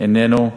איננו,